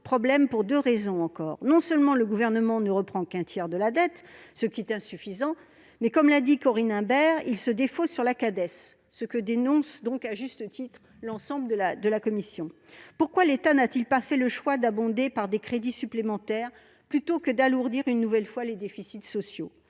problème pour deux raisons supplémentaires. Non seulement le Gouvernement ne reprend qu'un tiers de la dette, ce qui est insuffisant, mais, comme l'a dit Corinne Imbert, il se défausse sur la Cades, ce que dénonce à juste titre l'ensemble de la commission. Pourquoi l'État n'a-t-il pas fait le choix de mobiliser des crédits supplémentaires, plutôt que d'alourdir une nouvelle fois les déficits sociaux ?